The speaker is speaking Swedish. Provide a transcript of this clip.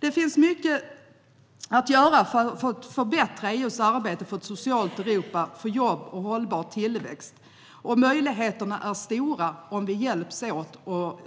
Det finns mycket att göra för att förbättra EU:s arbete för ett socialt Europa för jobb och hållbar tillväxt. Möjligheterna är stora om vi hjälps åt och